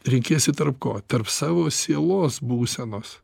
renkiesi tarp ko tarp savo sielos būsenos